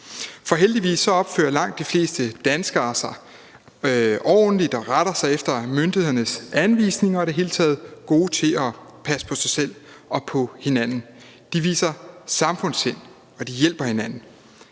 med. Heldigvis opfører langt de fleste danskere sig ordentligt og retter sig efter myndighedernes anvisning, og de er i det hele taget gode til at passe på sig selv og på hinanden. De viser samfundssind, og de hjælper hinanden.